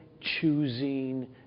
choosing